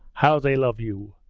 how they love you!